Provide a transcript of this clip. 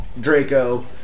Draco